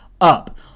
up